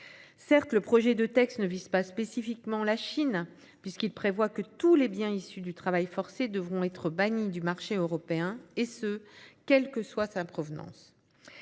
Certes, le projet de texte ne vise pas spécifiquement la Chine, puisqu'il prévoit que tous les biens issus du travail forcé devront être bannis du marché européen, et ce quelle que soit leur provenance.